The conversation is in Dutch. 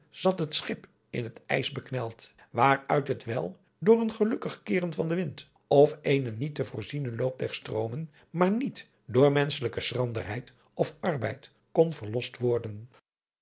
zat het schip in het ijs bekneld waaruit het wel door een gelukkig keeren van den wind of eenen niet te voorzienen loop der stroomen maar niet door menschelijke schranderheid of arbeid kon verlost worden